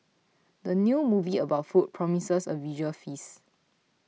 the new movie about food promises a visual feast